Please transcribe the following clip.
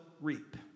reap